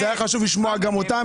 היה חשוב לשמוע גם אותם.